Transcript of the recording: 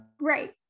Right